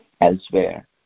elsewhere